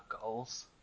goals